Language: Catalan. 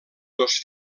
dos